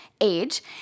age